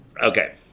Okay